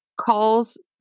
calls